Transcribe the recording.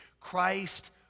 Christ